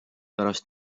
pärast